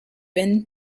been